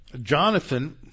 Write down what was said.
Jonathan